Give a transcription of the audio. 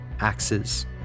axes